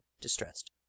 distressed